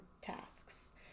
tasks